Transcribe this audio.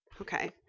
okay